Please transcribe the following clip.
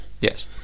Yes